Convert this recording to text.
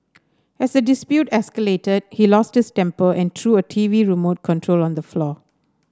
as the dispute escalated he lost his temper and threw a T V remote control on the floor